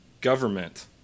Government